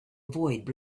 avoid